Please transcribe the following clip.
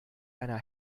einer